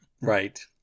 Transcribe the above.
Right